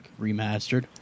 remastered